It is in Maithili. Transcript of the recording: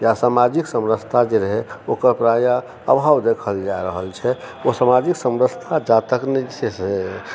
सामाजिक समरसता जे रहै ओकर प्रायः आभाव देखल जा रहल छै ओ सामाजिक समरसता जातक नहि